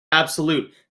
absolute